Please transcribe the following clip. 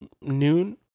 noon